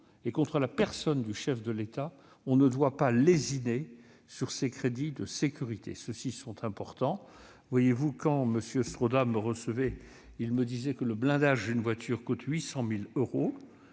pays et la personne du chef de l'État, nous ne devons pas lésiner sur ces crédits de sécurité. Ceux-ci sont importants ; quand M. Strzoda me recevait, il me disait que le blindage d'une voiture coûte 800 000 euros.